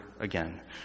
again